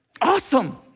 Awesome